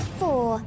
four